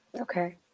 okay